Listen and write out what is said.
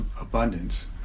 abundance